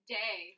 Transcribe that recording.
day